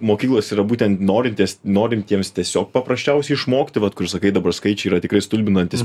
mokyklos yra būtent norinties norintiems tiesiog paprasčiausiai išmokti vat kur sakai dabar skaičiai yra tikrai stulbinantys